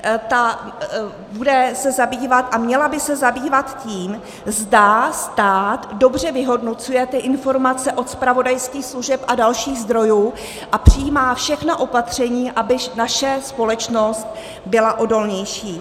Ta se bude zabývat, měla by se zabývat tím, zda stát dobře vyhodnocuje ty informace od zpravodajských služeb a dalších zdrojů a přijímá všechna opatření, aby naše společnost byla odolnější.